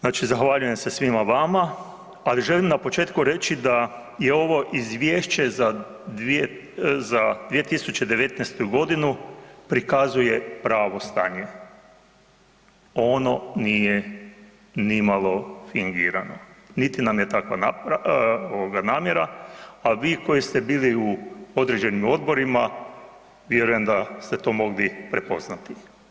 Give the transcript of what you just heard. Znači zahvaljujem se svima vama ali želim na početku reći da ovo izvješće za 2019. g. prikazuje pravo stanje, ono nije nimalo fingirano niti nam je takva namjera a vi koji ste bili u određenim odborima, vjerujem da ste to mogli prepoznati.